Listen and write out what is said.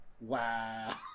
wow